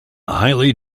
highly